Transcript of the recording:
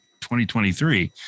2023